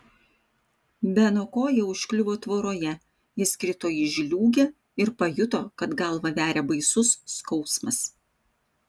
beno koja užkliuvo tvoroje jis krito į žliūgę ir pajuto kad galvą veria baisus skausmas